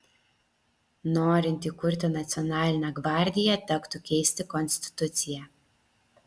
norint įkurti nacionalinę gvardiją tektų keisti konstituciją